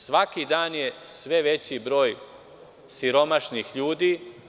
Svaki dan je sve veći broj siromašnih ljudi.